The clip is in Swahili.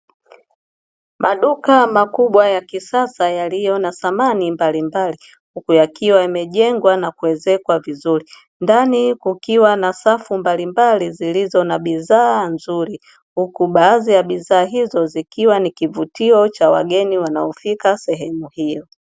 Maduka makubwa ya kisasa yaliyo na thamani mbalimbali huku yakiwa yamejengwa na kuwezekwa vizuri. Ndani kukiwa na safu mbalimbali zilizo na bidhaa nzuri, huku baadhi ya bidhaa hizo zikiwa ni kivutio cha wageni wanaofika sehemu hiyo.